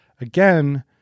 Again